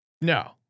No